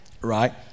right